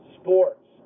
sports